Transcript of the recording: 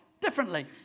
differently